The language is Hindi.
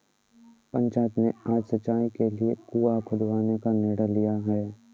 पंचायत ने आज सिंचाई के लिए कुआं खुदवाने का निर्णय लिया है